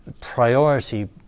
priority